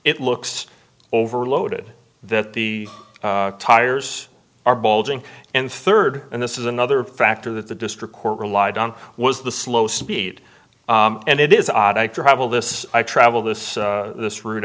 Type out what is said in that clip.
it looks overloaded that the tires are bulging and third and this is another factor that the district court relied on was the slow speed and it is odd i travel this i travel this this r